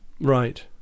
Right